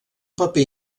paper